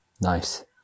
Nice